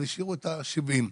אז השאירו את ה-70.